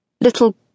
little